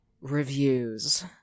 reviews